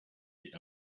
die